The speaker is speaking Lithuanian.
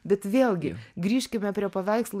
bet vėlgi grįžkime prie paveikslų